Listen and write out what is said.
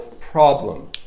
problem